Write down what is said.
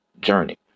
journey